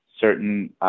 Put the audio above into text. certain